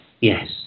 yes